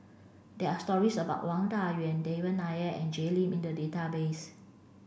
there are stories about Wang Dayuan Devan Nair and Jay Lim in the database